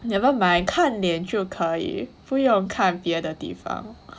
never mind 看脸就可以不要看别的地方